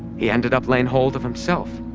he ended up laying hold of himself,